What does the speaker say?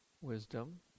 wisdom